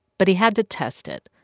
but he had to test it.